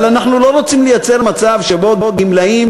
אבל אנחנו לא רוצים לייצר מצב שבו גמלאים